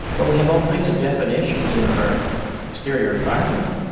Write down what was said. well, we have all kinds of definitions in our exterior environment,